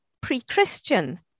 pre-Christian